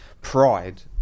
pride